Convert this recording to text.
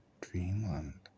Dreamland